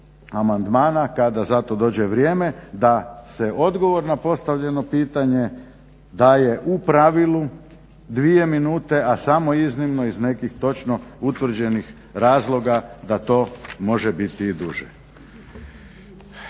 kada za to dođe vrijeme, da se odgovor na postavljeno pitanje daje u pravilu 2 minute, a samo iznimno iz nekih točno utvrđenih razloga da to može biti i duže.